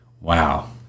Wow